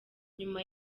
nyuma